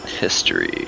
History